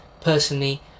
personally